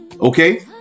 Okay